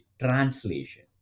translation